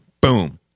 Boom